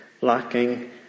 Lacking